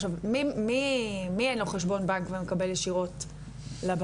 עכשיו, מי אין לו חשבון בנק ומקבל ישירות לדואר?